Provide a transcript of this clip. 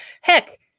heck